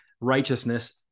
righteousness